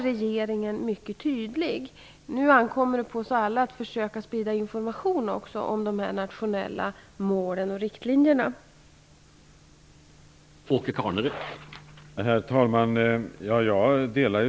Det ankommer nu på oss alla att försöka sprida information om de nationella målen och riktlinjerna i detta avseende.